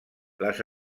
les